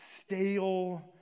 stale